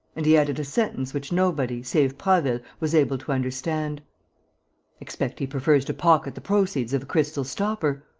and he added a sentence which nobody, save prasville, was able to understand expect he prefers to pocket the proceeds of the crystal stopper.